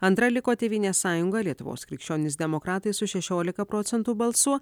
antra liko tėvynės sąjunga lietuvos krikščionys demokratai su šešiolika procentų balsų